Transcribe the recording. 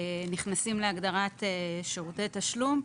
נכנסים להגדרת שירותי תשלום.